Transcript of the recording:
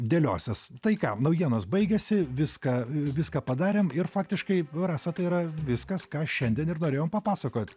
dėliosis tai ką naujienos baigėsi viską viską padarėm ir faktiškai rasa tai yra viskas ką šiandien ir norėjom papasakot